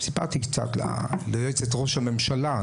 סיפרתי קצת ליועצת ראש הממשלה,